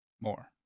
more